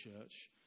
church